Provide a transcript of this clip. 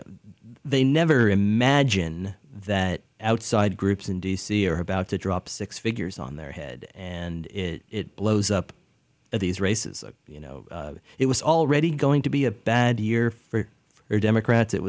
know they never imagine that outside groups in d c are about to drop six figures on their head and it blows up at these races you know it was already going to be a bad year for democrats it